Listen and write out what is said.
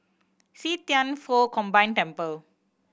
See Thian Foh Combined Temple